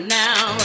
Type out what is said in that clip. now